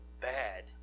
bad